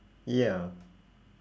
ya